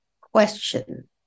question